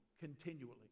continually